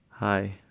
Hi